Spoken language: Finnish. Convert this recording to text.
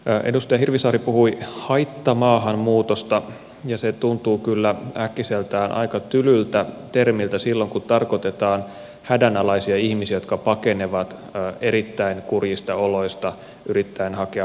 edustaja hirvisaari puhui haittamaahanmuutosta ja se tuntuu kyllä äkkiseltään aika tylyltä termiltä silloin kun tarkoitetaan hädänalaisia ihmisiä jotka pakenevat erittäin kurjista oloista yrittäen hakea parempaa elämää